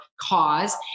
cause